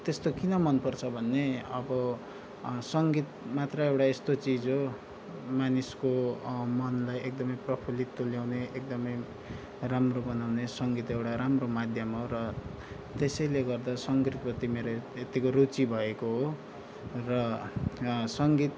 त्यस्तो किन मनपर्छ भन्ने अब सङ्गीत मात्र एउटा यस्तो चिज हो मानिसको मनलाई एकदमै प्रफुल्लित तुल्याउने एकदमै राम्रो बनाउने सङ्गीत एउटा राम्रो माध्यम हो र त्यसैले गर्दा सङ्गीतप्रति मेरो यत्तिको रुचि भएको हो र सङ्गीत